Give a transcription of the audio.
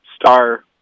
star